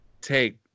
take